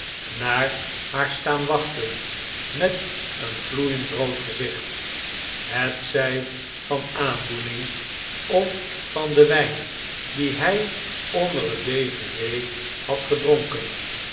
naar haar staan wachten met een gloeiend rood gezicht hetzij van aandoening of van den wijn dien hij onder net dejeune had gedronken